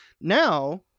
now